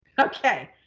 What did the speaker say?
Okay